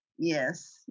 Yes